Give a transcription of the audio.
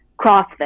CrossFit